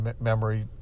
memory